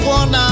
one